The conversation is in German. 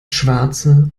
schwarze